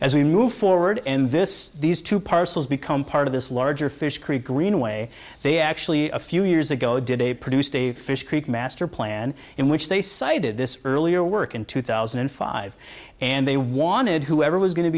as we move forward and this these two parcels become part of this larger fish creek greenway they actually a few years ago did a produced a fish creek master plan in which they cited this earlier work in two thousand and five and they wanted whoever was going to